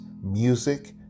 music